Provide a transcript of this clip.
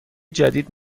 جدید